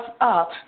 up